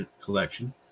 collection